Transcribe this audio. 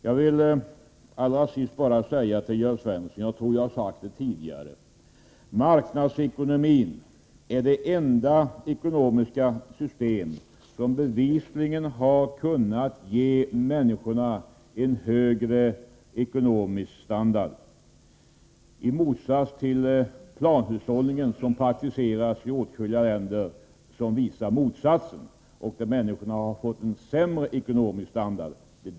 Marknadsekonomin är — jag tror att jag har sagt det tidigare — det enda ekonomiska system, som bevisligen har kunnut ge människorna en högre ekonomisk standard i motsats till den planhushållning som praktiseras i åtskilliga länder. I dessa länder har människorna fått en sänkt ekonomisk standard.